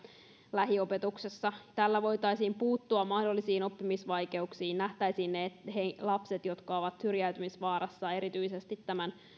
lähiopetuksessa tällä voitaisiin puuttua mahdollisiin oppimisvaikeuksiin nähtäisiin lapset jotka ovat syrjäytymisvaarassa erityisesti tämän